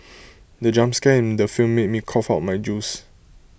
the jump scare in the film made me cough out my juice